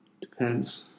Depends